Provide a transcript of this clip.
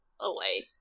away